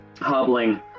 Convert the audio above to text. hobbling